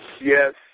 Yes